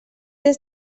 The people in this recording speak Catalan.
des